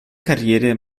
karriere